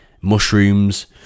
mushrooms